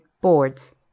Boards